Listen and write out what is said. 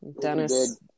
Dennis